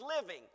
living